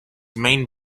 main